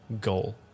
goal